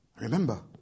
Remember